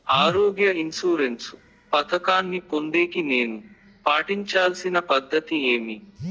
ఆరోగ్య ఇన్సూరెన్సు పథకాన్ని పొందేకి నేను పాటించాల్సిన పద్ధతి ఏమి?